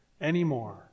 anymore